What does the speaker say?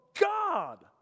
God